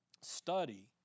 study